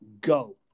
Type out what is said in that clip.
Go